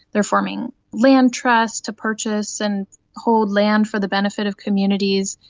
they are forming land trusts to purchase and hold land for the benefit of communities,